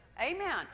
Amen